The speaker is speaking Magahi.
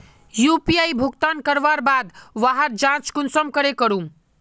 यु.पी.आई भुगतान करवार बाद वहार जाँच कुंसम करे करूम?